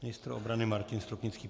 Ministr obrany Martin Stropnický.